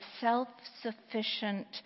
self-sufficient